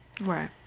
Right